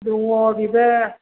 दङ बेबो